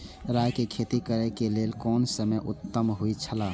राय के खेती करे के लेल कोन समय उत्तम हुए छला?